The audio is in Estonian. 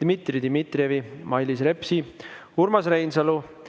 Dmitri Dmitrijevi, Mailis Repsi, Urmas Reinsalu,